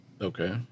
Okay